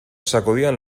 sacudían